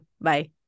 Bye